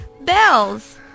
Bells